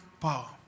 power